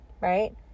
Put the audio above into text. right